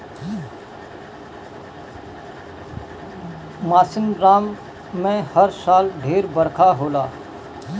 मासिनराम में हर साल ढेर बरखा होला